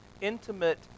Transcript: intimate